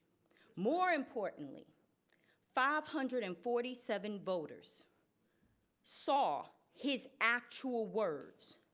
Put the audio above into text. more importantly five hundred and forty seven voters saw his actual words,